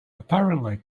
apparently